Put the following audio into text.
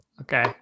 Okay